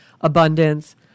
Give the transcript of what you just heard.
abundance